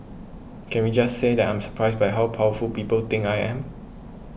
can we just say that I'm surprised by how powerful people think I am